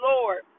Lord